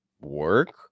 work